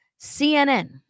CNN